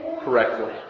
correctly